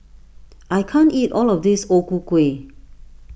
I can't eat all of this O Ku Kueh